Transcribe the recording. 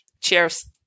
cheers